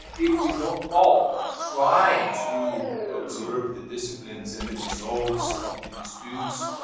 if we don't all try to observe the disciplines and the results of the disputes,